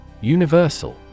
Universal